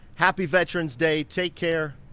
happy veterans day. take care,